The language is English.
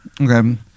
Okay